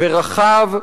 ורחב,